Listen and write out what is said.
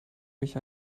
mich